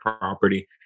property